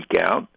out